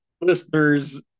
listeners